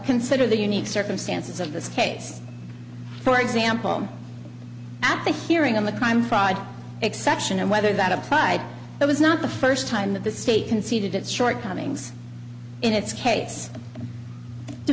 consider the unique circumstances of this case for example at the hearing on the crime fraud exception and whether that applied it was not the first time that the state conceded its shortcomings in its case